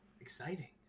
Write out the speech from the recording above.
Exciting